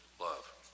love